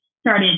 Started